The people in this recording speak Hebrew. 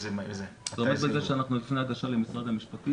זה עומד בזה שאנחנו לפני הגשה למשרד המשפטים